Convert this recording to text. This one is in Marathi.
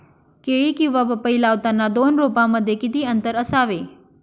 केळी किंवा पपई लावताना दोन रोपांमध्ये किती अंतर असावे?